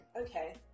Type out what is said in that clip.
Okay